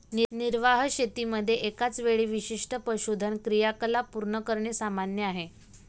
निर्वाह शेतीमध्ये एकाच वेळी विशिष्ट पशुधन क्रियाकलाप पूर्ण करणे सामान्य आहे